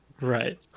Right